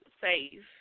save